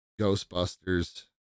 Ghostbusters